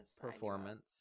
performance